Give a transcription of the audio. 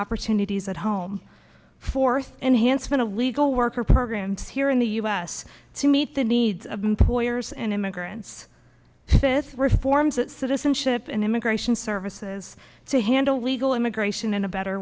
opportunities at home for enhanced than illegal worker programs here in the us to meet the needs of employers and immigrants this reforms that citizenship and immigration services to handle legal immigration in a better